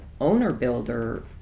owner-builder